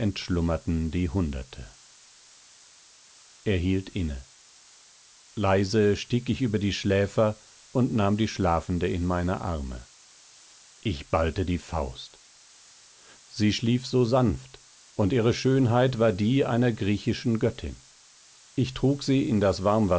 entschlummerten die hunderte er hielt inne leise stieg ich über die schläfer und nahm die schlafende in meine arme ich ballte die faust sie schlief so sanft und ihre schönheit war die einer griechischen göttin ich trug sie in das